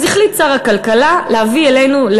אז החליט שר הכלכלה להביא אלינו,